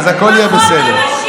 אז הכול יהיה בסדר.